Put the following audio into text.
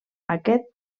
aquest